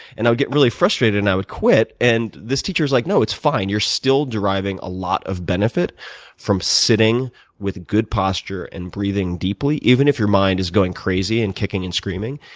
and i would get really frustrated. and i would quit, and this teacher was like, no, it's fine. you're still deriving a lot of benefit from sitting with good posture and breathing deeply even if your mind is going crazy and kicking and screaming.